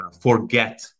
forget